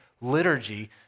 liturgy